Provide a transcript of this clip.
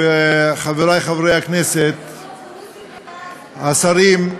חברי חברי הכנסת, השרים,